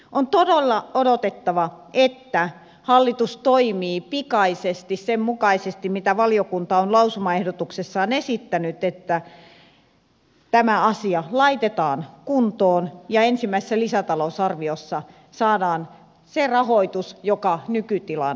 on todella odotettava että hallitus toimii pikaisesti sen mukaisesti mitä valiokunta on lausumaehdotuksessaan esittänyt jotta tämä asia laitetaan kuntoon ja ensimmäisessä lisätalousarviossa saadaan se rahoitus joka nykytilan säilyttää